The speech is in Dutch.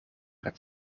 het